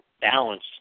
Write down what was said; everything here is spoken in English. balance